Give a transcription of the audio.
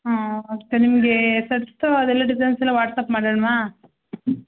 ಹಾಂ ಮತ್ತು ನಿಮಗೆ ಸೆಟ್ಸ್ ಅದೆಲ್ಲ ಡಿಸೈನ್ಸ್ ಎಲ್ಲ ವಾಟ್ಸ್ಆ್ಯಪ್ ಮಾಡೋಣ್ವ